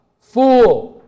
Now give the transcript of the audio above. Fool